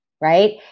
right